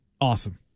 Awesome